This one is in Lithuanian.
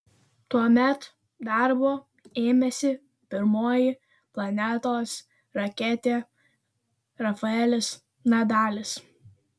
tuomet darbo ėmėsi pirmoji planetos raketė rafaelis nadalis